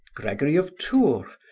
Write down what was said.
gregory of tours,